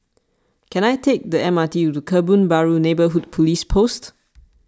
can I take the M R T to Kebun Baru Neighbourhood Police Post